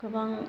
गोबां